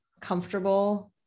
comfortable